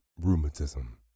rheumatism